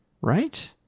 Right